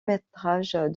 métrage